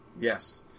yes